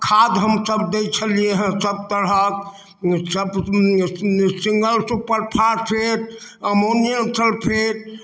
खाद हमसब दै छलियैहेँ सब तरहक single super phosphate ammonium sulphate